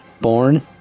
born